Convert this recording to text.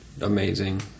amazing